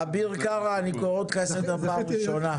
אביר קארה, אני קורא אותך לסדר בפעם הראשונה.